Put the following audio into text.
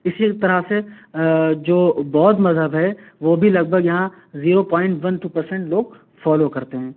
اسی طرح سے جو بودھ مذہب ہے وہ بھی لگ بھگ یہاں zero point one two percent لوگ فالو کرتے ہیں